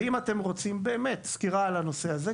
ואם אתם רוצים באמת סקירה על הנושא הזה,